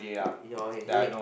uh your head